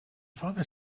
father